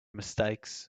mistakes